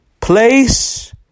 Place